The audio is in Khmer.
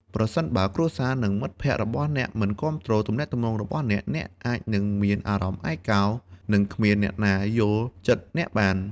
ប្រសិនបើគ្រួសារ និងមិត្តភក្តិរបស់អ្នកមិនគាំទ្រទំនាក់ទំនងរបស់អ្នក អ្នកអាចនឹងមានអារម្មណ៍ឯកោ និងគ្មានអ្នកណាអាចយល់ចិត្តអ្នកបាន។